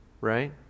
right